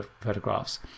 photographs